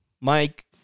Mike